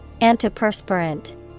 Antiperspirant